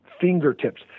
fingertips